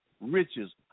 riches